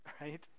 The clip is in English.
right